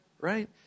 right